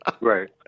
Right